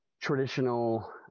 traditional